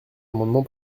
amendement